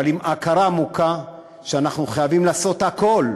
אבל עם הכרה עמוקה שאנחנו חייבים לעשות הכול,